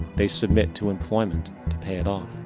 they submit to employment to pay it off.